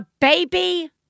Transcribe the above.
baby